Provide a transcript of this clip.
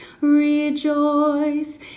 rejoice